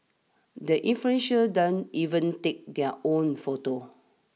the influential don't even take their own photos